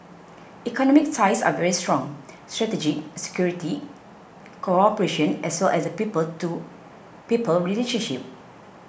economic ties are very strong strategic security cooperation as well as the people to people relationship